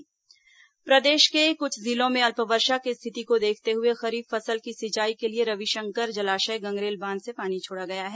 गंगरेल बांध पानी प्रदेश के कुछ जिलों में अल्पवर्षा की स्थिति को देखते हुए खरीफ फसल की सिंचाई के लिए रविशंकर जलाशय गंगरेल बांध से पानी छोड़ा गया है